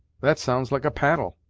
that sounds like a paddle,